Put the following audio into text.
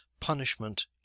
punishment